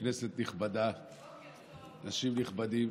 כנסת נכבדה, אנשים נכבדים.